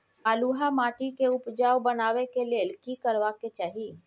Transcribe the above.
बालुहा माटी के उपजाउ बनाबै के लेल की करबा के चाही?